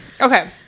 okay